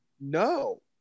No